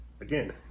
again